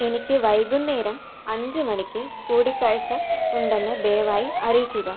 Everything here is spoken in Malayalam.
എനിക്ക് വൈകുന്നേരം അഞ്ച് മണിക്ക് കൂടികാഴ്ച ഉണ്ടെന്ന് ദയവായി അറിയിക്കുക